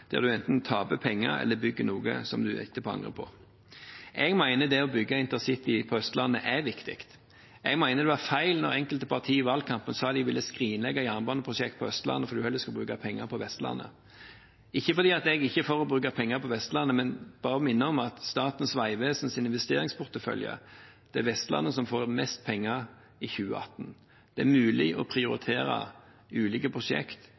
der en enten taper penger eller bygger noe som en etterpå angrer på. Jeg mener det å bygge InterCity på Østlandet er viktig. Jeg mener det var feil da enkelte partier i valgkampen sa de ville skrinlegge jernbaneprosjekter på Østlandet fordi en heller skulle bruke penger på Vestlandet. Det er ikke fordi at jeg ikke er for å bruke penger på Vestlandet, men jeg vil bare minne om at i Statens vegvesens investeringsportefølje er det Vestlandet som får mest penger i 2018. Det er mulig å prioritere ulike